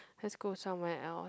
let's go somewhere else